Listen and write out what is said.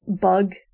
bug